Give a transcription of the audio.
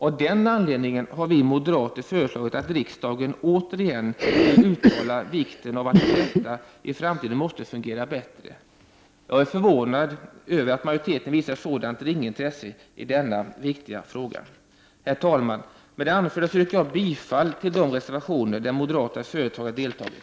Av den anledningen har vi moderater föreslagit att riksdagen återigen skall uttala vikten av att detta i framtiden måste fungera bättre. Jag är förvånad över att majoriteten visar ett sådant ringa intresse i denna viktiga fråga. Herr talman! Med det anförda yrkar jag bifall till de reservationer där moderata företrädare deltagit.